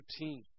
routine